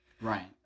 Right